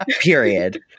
period